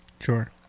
Sure